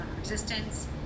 resistance